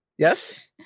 Yes